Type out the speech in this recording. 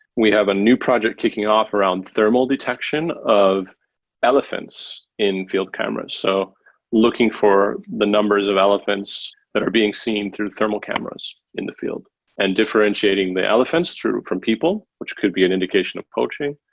we have a new project kicking off around thermal detection of elephants in field cameras. so looking for the numbers of elephants that are being seen through thermal cameras in the field and differentiating the elephants from people, which could be an indication of poaching,